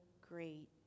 great